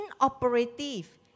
inoperative